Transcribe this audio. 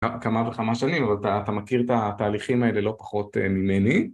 כמה וכמה שנים, אבל אתה, אתה מכיר את התהליכים האלה לא פחות ממני